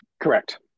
Correct